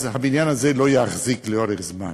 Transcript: אז הבניין הזה לא יחזיק לאורך זמן.